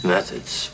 methods